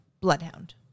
Bloodhound